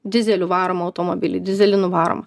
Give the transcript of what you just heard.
dizeliu varomą automobilį dyzelinu varomą